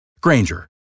Granger